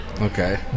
Okay